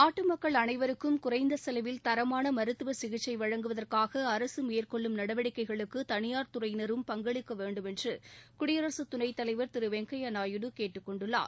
நாட்டு மக்கள் அனைவருக்கும் குறைந்த செலவில் தரமான மருத்துவ சிகிச்சை வழங்குவதற்காக அரசு மேற்கொள்ளும் நடவடிக்கைகளுக்கு தனியார் துறையினரும் பங்களிக்க வேண்டும் என்று குடியரசுத் துணைத் தலைவர் திரு வெங்கய்யா நாயுடு கேட்டுக்கொண்டுள்ளார்